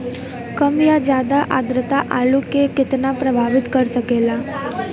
कम या ज्यादा आद्रता आलू के कितना प्रभावित कर सकेला?